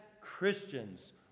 Christians